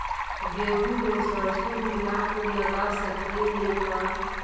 गेहूं मे सरसों मिला के लगा सकली हे का?